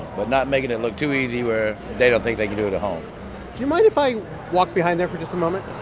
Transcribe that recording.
but not making it look too easy where they don't think they can do it at home do you mind if i walk behind there for just a moment?